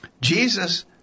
Jesus